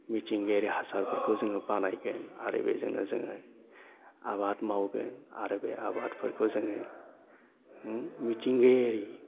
मिथिंगायारि हासारफोरखौ जोङो बानायगोन आरो बेजोंनो जोङो आबाद मावगोन आरो बे आबादफोरखौ जोङो मिथिंगायारि